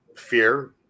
fear